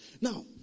Now